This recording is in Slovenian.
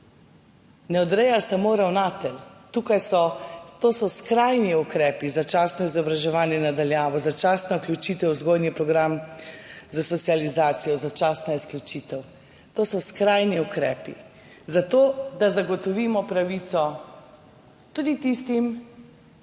ne odreja samo ravnatelj. To so skrajni ukrepi. Začasno izobraževanje na daljavo, začasna vključitev v vzgojni program za socializacijo, začasna izključitev, to so skrajni ukrepi, zato da zagotovimo pravico tudi tistim,